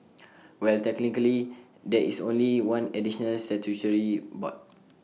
well technically there is only one additional statutory board